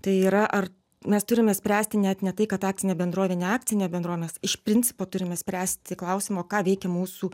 tai yra ar mes turime spręsti net ne tai kad akcinė bendrovė neakcinė bendrovė mes iš principo turime spręsti klausimo ką veikia mūsų